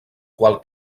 qual